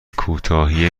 کوتاهی